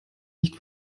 nicht